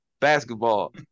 basketball